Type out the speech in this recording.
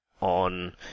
on